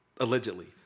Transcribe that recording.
Allegedly